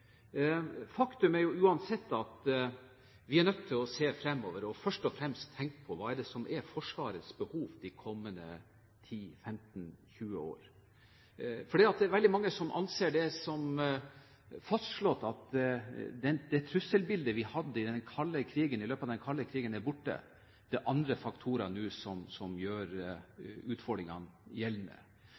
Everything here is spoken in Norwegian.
Faktum er jo uansett at vi er nødt til å se fremover, og først og fremst tenke på hva som er Forsvarets behov de kommende 10–15–20 årene. For det er veldig mange som anser det som fastslått at det trusselbildet vi hadde i løpet av den kalde krigen, er borte. Det er andre faktorer nå som gjør utfordringene gjeldende.